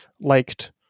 liked